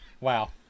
Wow